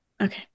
Okay